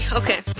okay